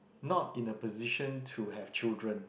not in a position to have children